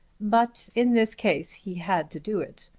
but in this case he had to do it.